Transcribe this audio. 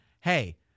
Hey